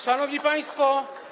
Szanowni Państwo!